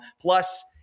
Plus